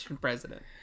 president